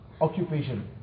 occupation